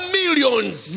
millions